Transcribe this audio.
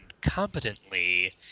competently